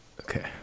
Okay